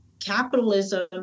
capitalism